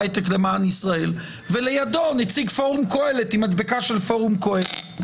היי-טק למען ישראל ולידו נציג פורום קהלת עם מדבקה של פורום קהלת.